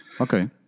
Okay